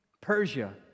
Persia